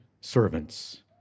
servants